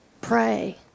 pray